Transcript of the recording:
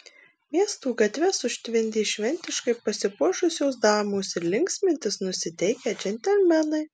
miestų gatves užtvindė šventiškai pasipuošusios damos ir linksmintis nusiteikę džentelmenai